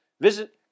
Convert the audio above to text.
Visit